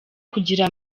kugira